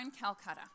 Calcutta